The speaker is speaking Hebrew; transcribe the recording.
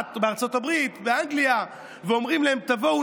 או בארצות הברית או באנגליה ואומרים להם: בואו,